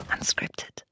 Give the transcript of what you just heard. Unscripted